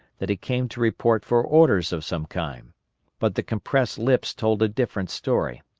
that he came to report for orders of some kind but the compressed lips told a different story.